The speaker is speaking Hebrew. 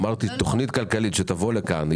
אמרתי תכנית כלכלית שתבוא לכאן.